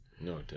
No